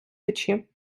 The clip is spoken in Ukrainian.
печі